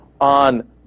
on